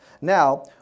Now